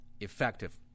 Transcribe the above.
effective